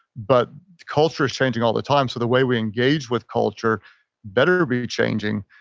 but culture is changing all the time. so the way we engage with culture better be changing.